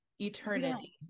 Eternity